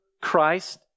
Christ